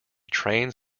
trains